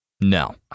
No